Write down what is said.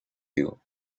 you